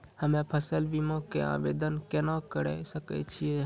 हम्मे फसल बीमा के आवदेन केना करे सकय छियै?